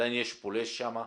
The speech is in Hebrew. עדיין יש פולש שם.